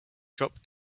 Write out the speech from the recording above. drop